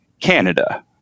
canada